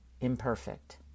imperfect